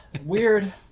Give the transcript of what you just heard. weird